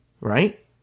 right